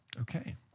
okay